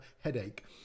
headache